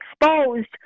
exposed